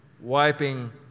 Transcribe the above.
wiping